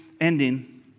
ending